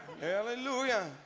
Hallelujah